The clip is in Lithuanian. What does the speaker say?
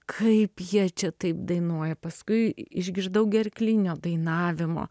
kaip jie čia taip dainuoja paskui išgirdau gerklinio dainavimo